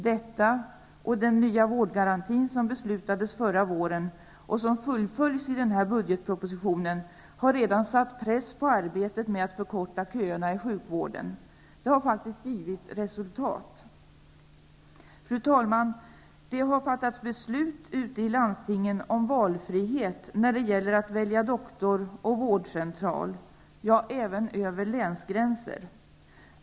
Detta och den nya vårdgarantin som beslutades förra våren och som fullföljs i denna budgetproposition har redan satt press på arbetet med att förkorta köerna i sjukvården. Det har faktiskt givit resultat. Fru talman! Det har fattats beslut ute i landstingen om valfriihet när det gäller att välja doktor och vårdcentral, även över länsgränser.